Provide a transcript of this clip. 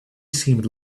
seemed